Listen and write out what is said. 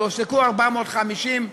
יועסקו 450,